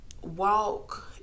walk